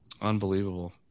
Unbelievable